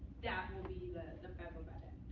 that will be the the federal budget.